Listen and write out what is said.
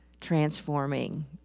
transforming